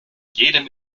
jedem